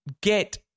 get